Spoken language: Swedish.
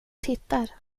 tittar